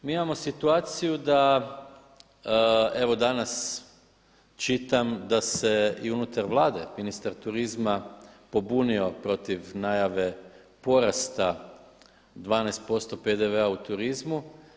Mi imamo situaciju da evo danas čitam da se i unutar Vlade ministar turizma popunio protiv najave porasta 12% PDV-a u turizmu.